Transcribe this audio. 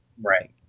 Right